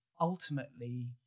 ultimately